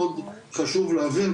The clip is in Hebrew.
מאוד חשוב להבין,